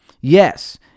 Yes